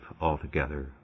altogether